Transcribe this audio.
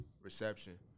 reception